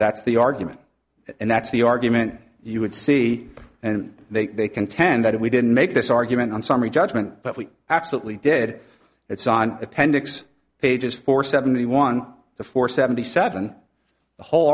that's the argument and that's the argument you would see and make they contend that if we didn't make this argument on summary judgment but we absolutely did it's on appendix pages four seventy one the four seventy seven the whole